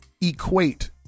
equate